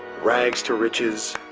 rags to riches,